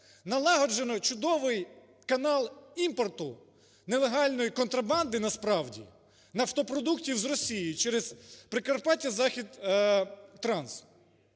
Налагоджено чудовий канал імпорту нелегальної контрабанди насправді нафтопродуктів з Росією через "Прикарпаття-Захід-Транс".